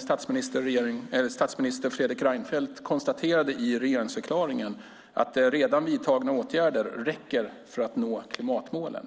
Statsminister Fredrik Reinfeldt konstaterade i regeringsförklaringen att redan vidtagna åtgärder räcker för att nå klimatmålen.